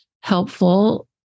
helpful